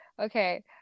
Okay